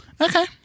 okay